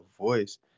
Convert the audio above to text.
voice